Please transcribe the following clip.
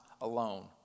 alone